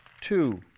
two